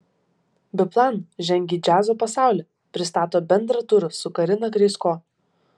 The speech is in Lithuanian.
biplan žengia į džiazo pasaulį pristato bendrą turą su karina krysko